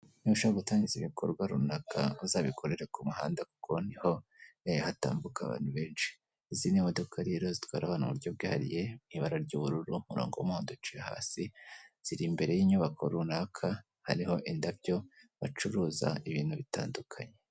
Niba ushaka gutangiza ibikorwa runaka uzabikore ku muhanda kuko niho hatambuka abantu benshi. Izi ni modoka rero zitwara abantu mu buryo bwihariye mu ibara ry'ubururu, umurongo w'uduce hasi, ziri imbere y'inyubako runaka, hariho indabyo, bacuruza ibintu bitandukanye.